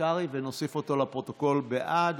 ונוסיף אותו לפרוטוקול בעד,